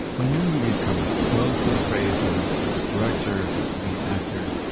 when new movies come out, most of the praise goes to the director and lead actors,